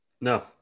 No